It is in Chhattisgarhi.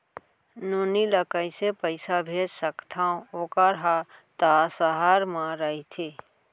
नोनी ल कइसे पइसा भेज सकथव वोकर हा त सहर म रइथे?